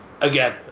again